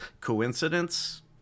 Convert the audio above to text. Coincidence